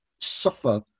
suffer